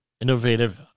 innovative